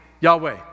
Yahweh